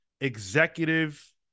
executive